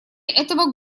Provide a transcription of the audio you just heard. этого